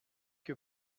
que